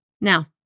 Now